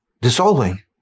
dissolving